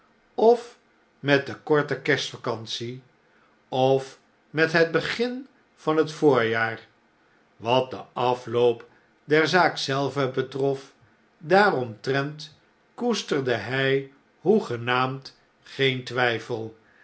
of met de korte kerstvacantie of met het begin van het voorjaar wat de afloop der zaak zelve betrof daaromtrent koesterde hy hoegenaamd geen twjjfel